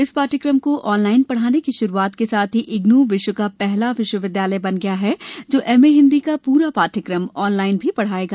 इस पाठ्यक्रम को ऑनलाइन पढ़ाने की श्रुआत के साथ ही इग्नू विश्व का पहला विश्वविदयालय बन गया है जो एमए हिंदी का प्रा पाठ्यक्रम ऑनलाइन भी पढ़ायेगा